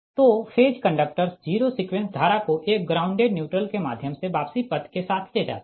तो phase conductors zero sequence धारा को एक ग्राउंडेड न्यूट्रल के माध्यम से वापसी पथ के साथ ले जाते है